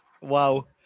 wow